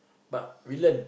but we learn